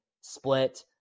split